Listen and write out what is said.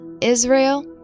Israel